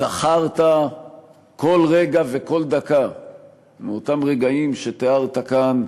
זכרת כל רגע וכל דקה מאותם רגעים שתיארת כאן,